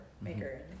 maker